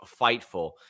Fightful